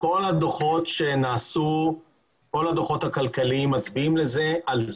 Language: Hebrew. כל הדוחות הכלכליים שנעשו מצביעים על כך